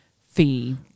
fee